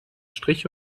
strich